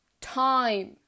Time